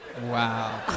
Wow